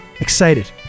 Excited